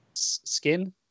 Skin